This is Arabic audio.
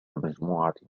مجموعة